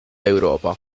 europa